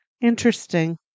Interesting